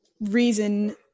reason